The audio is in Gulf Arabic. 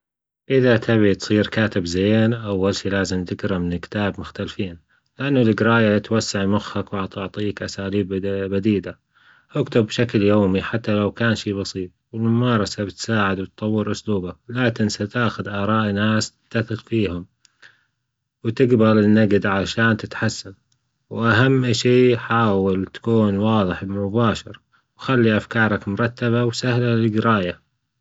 إذا تبى تصير كاتب زين أول شى لازم تجرأ من كتاب مختلفين لأن الجرايه توسع مخك وتعطيك أساليب جديدة، إكتب بشكل يومى حتى لو كان شى بسيط، الممارسة بتساعدك وتطور أسلوبك، لا تنسى تأخد أراء ناس تثق فيهم وتجبل النجد عشان تتحسن وأهم اشى حاول تكون واضح ومباشر وخلى أفكارك مرتبة وسهلة للجرايه.